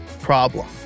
problem